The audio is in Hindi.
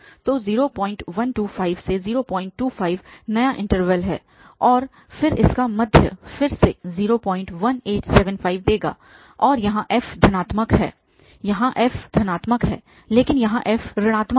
तो 0125025 नया इन्टरवल है और फिर इसका मध्य फिर से 01875 देगा और यहाँ f धनात्मक है यहाँ f धनात्मक है लेकिन यहाँ f ऋणात्मक है